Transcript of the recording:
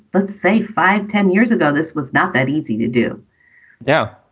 but say five, ten years ago, this was not that easy to do yeah,